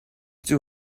too